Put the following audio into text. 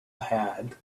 had